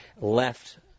left